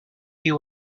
you